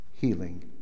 healing